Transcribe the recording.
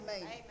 Amen